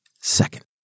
second